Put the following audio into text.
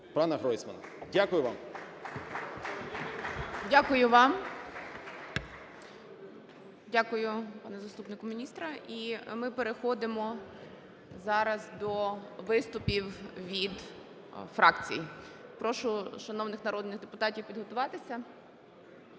О.І. 10:25:58 ГОЛОВУЮЧИЙ. Дякую вам. Дякую, пане заступнику міністра. І ми переходимо зараз до виступів від фракцій. Прошу шановних народних депутатів підготуватися.